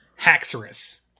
Haxorus